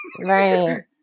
right